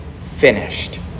finished